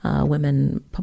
women